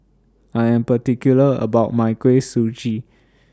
I Am particular about My Kuih Suji